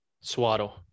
Swaddle